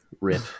Rip